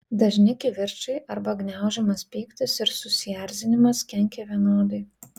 dažni kivirčai arba gniaužiamas pyktis ir susierzinimas kenkia vienodai